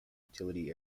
utility